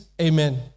Amen